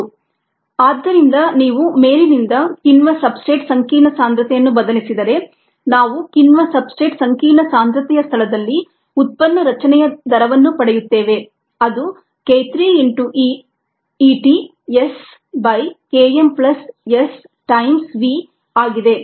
rP k3 ES V ಆದ್ದರಿಂದ ನೀವು ಮೇಲಿನಿಂದ ಕಿಣ್ವ ಸಬ್ಸ್ಟ್ರೇಟ್ ಸಂಕೀರ್ಣ ಸಾಂದ್ರತೆಯನ್ನು ಬದಲಿಸಿದರೆ ನಾವು ಕಿಣ್ವ ಸಬ್ಸ್ಟ್ರೇಟ್ ಸಂಕೀರ್ಣ ಸಾಂದ್ರತೆಯ ಸ್ಥಳದಲ್ಲಿ ಉತ್ಪನ್ನ ರಚನೆಯ ದರವನ್ನು ಪಡೆಯುತ್ತೇವೆ ಅದು k 3 into E t S by K m plus S times V ಆಗಿದೆ